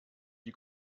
die